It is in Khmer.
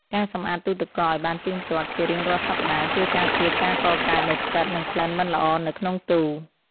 ការសម្អាតទូរទឹកកកឱ្យបានទៀងទាត់ជារៀងរាល់សប្តាហ៍ ជួយការពារការកកើតនៃផ្សិតនិងក្លិនមិនល្អនៅក្នុងទូរ។